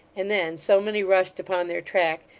and then so many rushed upon their track,